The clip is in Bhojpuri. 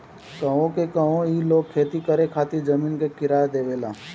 कहवो कहवो ई लोग खेती करे खातिर जमीन के किराया देवेला